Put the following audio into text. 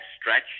stretch